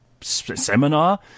seminar